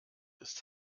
ist